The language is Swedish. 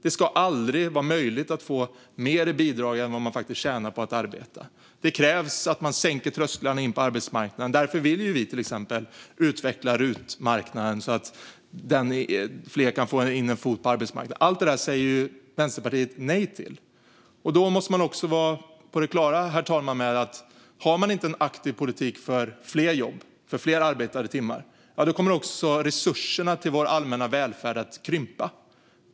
Det ska aldrig vara möjligt att få mer i bidrag än vad man faktiskt tjänar på att arbeta. Det krävs att man sänker trösklarna till arbetsmarknaden. Därför vill vi till exempel utveckla RUT-marknaden, så att fler kan få in en fot på arbetsmarknaden. Allt detta säger Vänsterpartiet nej till. Man måste då, herr talman, vara på det klara med att har man inte en aktiv politik för fler jobb och för fler arbetade timmar kommer resurserna till vår allmänna välfärd att krympa.